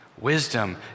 wisdom